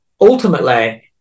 Ultimately